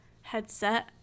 headset